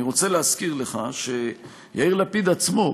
אני רוצה להזכיר לך שיאיר לפיד עצמו,